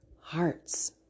hearts